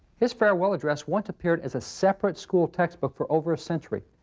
this farewell address once appeared as a separate school textbook for over a century.